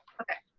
okay,